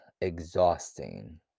exhausting